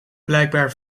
blijkbaar